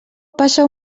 passa